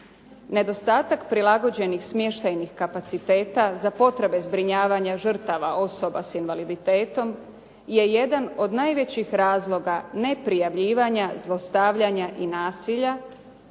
Nedostatak prilagođenih smještajnih kapaciteta za potrebe zbrinjavanja žrtava osoba s invaliditetom je jedan od najvećih razloga ne prijavljivanja zlostavljanja i nasilja